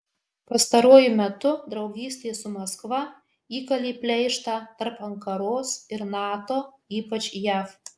pastaruoju metu draugystė su maskva įkalė pleištą tarp ankaros ir nato ypač jav